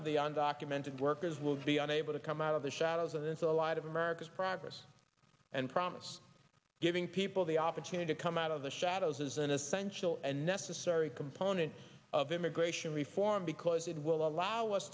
of the undocumented workers will be unable to come out of the shadows and so a lot of america's progress and promise giving people the opportunity to come out of the shadows is an essential and necessary component of immigration reform because it will allow us